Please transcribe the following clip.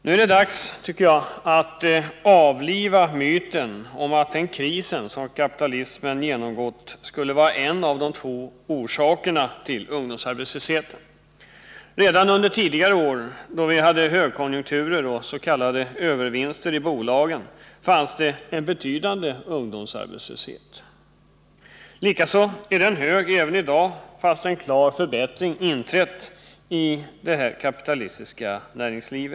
Nu är det dags, tycker jag, att avliva myten om att den kris som kapitalismen genomgått skulle vara en av de två orsakerna till ungdomsarbetslösheten. Redan under tidigare år då vi hade högkonjunkturer och s.k. övervinster i bolagen fanns det en betydande ungdomsarbetslöshet. Denna är hög också i dag även om en klar förbättring inträtt i vårt kapitalistiska näringsliv.